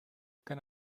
can